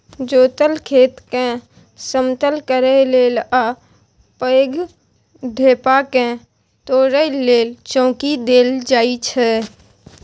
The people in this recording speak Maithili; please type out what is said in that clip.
जोतल खेतकेँ समतल करय लेल आ पैघ ढेपाकेँ तोरय लेल चौंकी देल जाइ छै